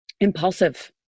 impulsive